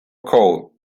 coal